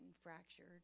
fractured